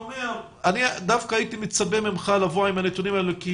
אני דווקא הייתי מצפה ממך לבוא עם הנתונים האלה.